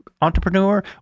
entrepreneur